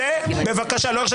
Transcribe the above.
אתה לא בקריאה, צא בבקשה.